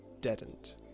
deadened